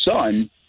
son